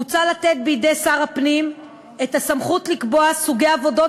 מוצע לתת בידי שר הפנים את הסמכות לקבוע סוגי עבודות